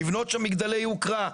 לבנות שם מגדלי יוקרה.